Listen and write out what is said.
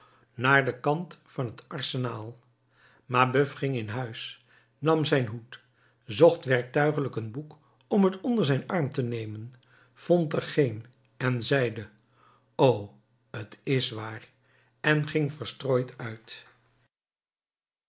naar den kant van het arsenaal mabeuf ging in huis nam zijn hoed zocht werktuiglijk een boek om het onder den arm te nemen vond er geen en zeide o t is waar en ging verstrooid uit